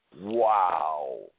wow